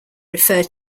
refer